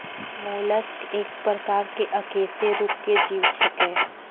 mollusc एक प्रकार के अकेशेरुकीय जीव छेकै